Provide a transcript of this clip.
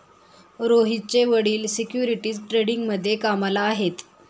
रोहितचे वडील सिक्युरिटीज ट्रेडिंगमध्ये कामाला आहेत